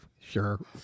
sure